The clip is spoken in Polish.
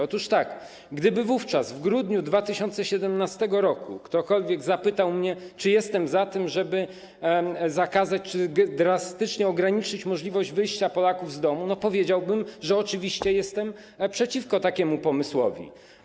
Otóż tak: gdyby wówczas, w grudniu 2017 r., ktokolwiek zapytał mnie, czy jestem za tym, żeby zakazać czy drastycznie ograniczyć możliwość wyjścia Polaków z domu, powiedziałbym, że oczywiście jestem przeciwko takiemu pomysłowi.